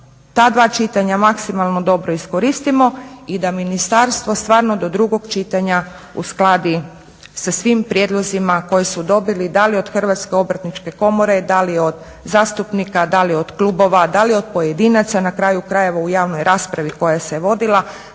zajedno da ta dva čitanja maksimalno dobro iskoristimo i da ministarstvo stvarno do drugog čitanja uskladi sa svim prijedlozima koje su dobili da li od Hrvatske obrtničke komore, da li od zastupnika, da li od klubova, da li od pojedinaca, na kraju krajeva u javnoj raspravi koja se vodila